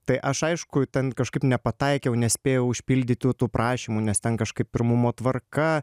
tai aš aišku ten kažkaip nepataikiau nespėjau užpildyt tų tų prašymų nes ten kažkaip pirmumo tvarka